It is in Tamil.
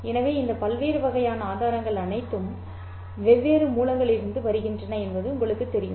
எனவே இந்த பல்வேறு வகையான ஆதாரங்கள் அனைத்தும் வெவ்வேறு மூலங்களிலிருந்து வருகின்றன என்பது உங்களுக்குத் தெரியும்